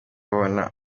babona